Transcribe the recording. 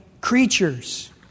creatures